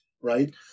right